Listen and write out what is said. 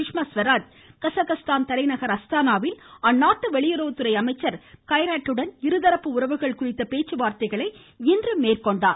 Sushma Swaraj Kazakhstan தலைநகர் அஸ்தானாவில் அந்நாட்டு வெளியுறவுத்துறை அமைச்சர் கைராட் டுடன் இருதரப்பு உறவுகள் குறித்த பேச்சுவார்த்தைகளை இன்று மேற்கொண்டார்